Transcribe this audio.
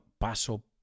paso